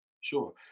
Sure